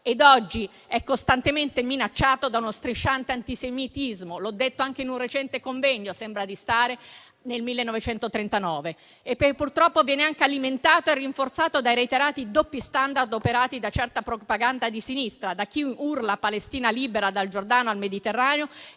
e oggi è costantemente minacciato da uno strisciante antisemitismo - come ho detto anche in un recente convegno, sembra di stare nel 1939 - che purtroppo viene anche alimentato e rinforzato dai reiterati doppi *standard* operati da certa propaganda di sinistra, da chi urla Palestina libera dal Giordano al Mediterraneo